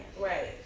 right